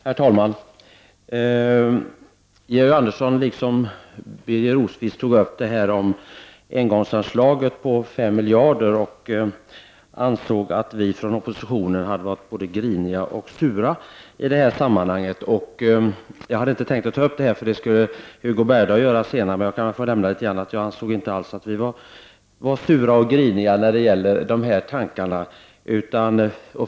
Herr talman! Georg Andersson, liksom Birger Rosqvist, tog upp engångsanslaget på 5 miljarder och ansåg att vi från oppositionen hade varit både griniga och sura i det sammanhanget. Jag hade inte tänkt beröra detta, för det skall Hugo Bergdahl göra senare, men jag vill nämna att jag inte alls tror att vi var sura och griniga när det gäller de tankarna.